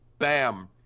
bam